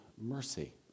mercy